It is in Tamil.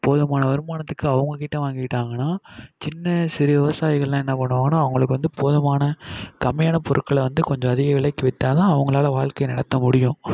போதுமான வருமானத்துக்கு அவங்கக்கிட்ட வாங்கிக்கிட்டாங்கன்னா சின்ன சிறு விவசாயிகள்லாம் என்ன பண்ணுவாங்கன்னா அவங்களுக்கு வந்து போதுமான கம்மியான பொருட்கள வந்து கொஞ்சம் அதிக விலைக்கு வித்தாத்தான் அவங்களால வாழ்க்கையை நடத்த முடியும்